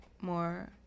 more